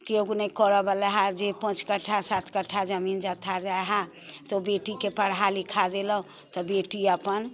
केओ नहि करऽवला हैय जे पाँच कट्ठा सात कट्ठा जमीन जत्था रहै तऽ ओ बेटीके पढ़ा लिखा देलहुँ तऽ बेटी अपन